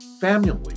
family